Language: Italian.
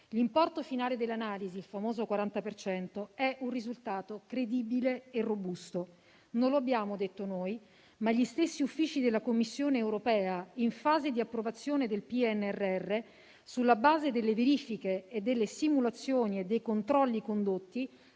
L'importo finale dell'analisi, il famoso 40 per cento, è un risultato credibile e robusto. Non lo abbiamo detto noi, ma lo hanno detto gli stessi uffici della Commissione europea che, in fase di approvazione del PNRR, sulla base delle verifiche, delle simulazioni e dei controlli condotti,